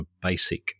basic